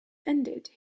ended